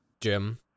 Jim